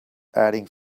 adding